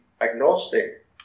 agnostic